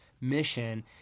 mission